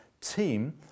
team